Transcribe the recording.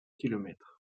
kilomètres